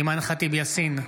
אימאן ח'טיב יאסין,